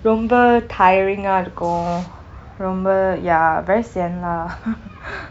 ரோம்ப:romba tiring ஆ இருக்கும்:aa irukkum ya very sian lah